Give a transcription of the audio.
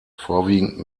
vorwiegend